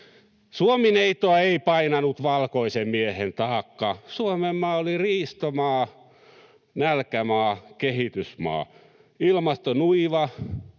Suomi-neitoa ei painanut valkoisen miehen taakka. Suomenmaa oli riistomaa, nälkämaa, kehitysmaa: ilmasto nuiva,